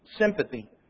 sympathy